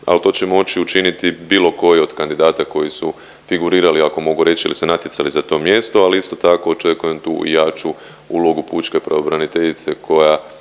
ali to će moći učiniti bilo koji od kandidata koji su figurirali ako mogu reći ili se natjecali za to mjesto, ali isto tako očekujem tu i jaču ulogu pučke pravobraniteljice koja